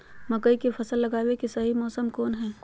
मकई के फसल लगावे के सही मौसम कौन हाय?